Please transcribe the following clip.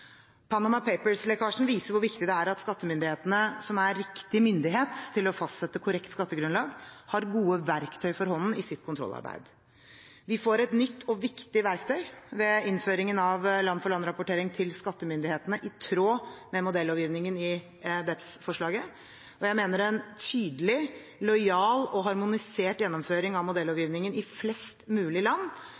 Panama Papers-lekkasjen viser hvor viktig det er at skattemyndighetene, som er riktig myndighet til å fastsette korrekt skattegrunnlag, har gode verktøy for hånden i sitt kontrollarbeid. Vi får et nytt og viktig verktøy ved innføringen av land-for-land-rapportering til skattemyndighetene, i tråd med modellovgivningen i BEPS-forslaget, og jeg mener en tydelig, lojal og harmonisert gjennomføring av modellovgivningen i flest mulig land